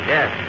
Yes